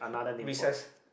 recess